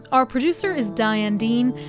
our producer is diane dean,